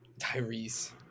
Tyrese